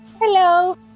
Hello